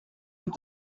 with